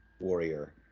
warrior